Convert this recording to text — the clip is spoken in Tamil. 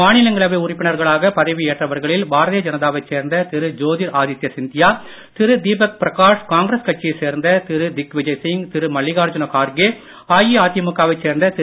மாநிலங்களவை உறுப்பினர்களாக பதவியேற்றவர்களில் பாரதிய ஜனதாவைச் சேர்ந்த திரு ஜோதிர ஆதியா சிந்தியா திரு தீபக் பிரகாஷ் காங்கிரஸ் கட்சியை சேர்ந்த திரு திக்விஜய் சிங் திரு மல்லிகார்ஜுன் கார்கே அஇஅதிமுக வைச் சேர்ந்த திரு